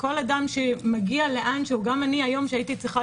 כל אדם שמגיע לאן שהוא גם היום הייתי צריכה